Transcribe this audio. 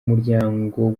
muryango